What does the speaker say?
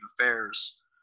Affairs